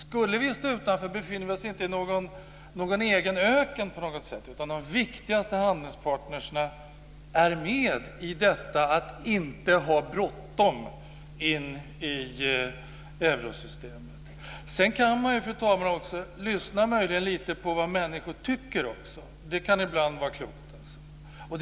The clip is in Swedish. Skulle vi stå utanför befinner vi oss inte i någon egen öken, utan våra viktigaste handelspartner är med i detta att inte ha bråttom in i eurosystemet. Sedan kan man också, fru talman, lyssna möjligen lite på vad människor tycker. Det kan ibland vara klokt.